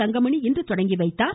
தங்கமணி இன்று தொடங்கிவைத்தார்